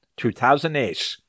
2008